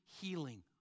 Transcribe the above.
Healing